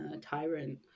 Tyrant